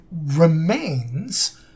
remains